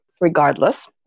Regardless